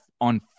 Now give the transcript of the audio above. on